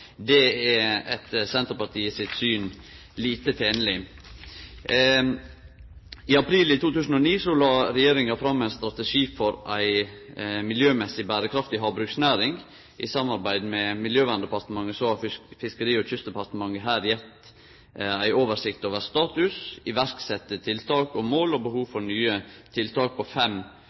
er etter Senterpartiet sitt syn lite tenleg. I april 2009 la regjeringa fram ein strategi for ei miljømessig berekraftig havbruksnæring. I samarbeid med Miljøverndepartementet har Fiskeri- og kystdepartementet gjeve ei oversikt over status, iverksette tiltak og mål, og behov for nye tiltak på fem